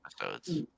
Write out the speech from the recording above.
episodes